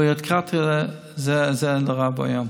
הביורוקרטיה זה נורא ואיום.